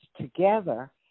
together